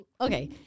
Okay